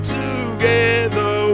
together